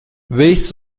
viss